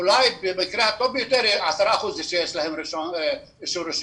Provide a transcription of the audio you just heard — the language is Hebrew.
אולי במקרה הטוב ביותר יש רישיון ל-10 אחוזים.